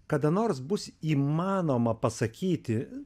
kada nors bus įmanoma pasakyti